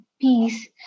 peace